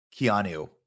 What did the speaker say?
Keanu